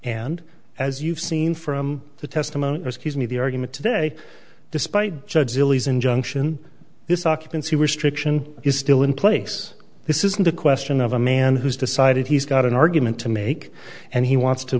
and as you've seen from the testimony scuse me the argument today despite judge sillies injunction this occupancy restriction is still in place this isn't a question of a man who's decided he's got an argument to make and he wants to